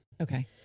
Okay